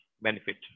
benefit